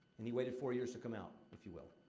and he waited four years to come out, if you will.